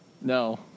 No